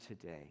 today